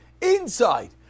inside